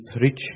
rich